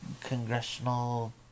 congressional